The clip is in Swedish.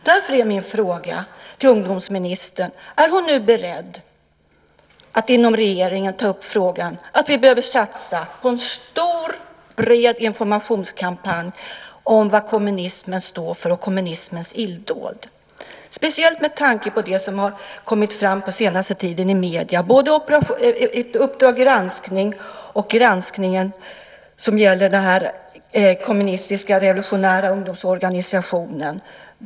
Därför är min fråga till ungdomsministern: Är hon nu beredd att inom regeringen ta upp att vi behöver satsa på en stor och bred informationskampanj om vad kommunismen står för och om kommunismens illdåd? Det bör ske speciellt med tanke på det som har kommit fram på den senaste tiden i medierna både i Uppdrag granskning och i den genomgång som gäller den här revolutionära kommunistiska ungdomsorganisationen.